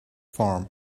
farm